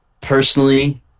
Personally